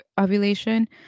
ovulation